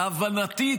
להבנתי,